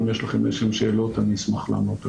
אם יש לכם איזה שהן שאלות, אני אשמח לענות עליהן.